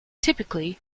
typically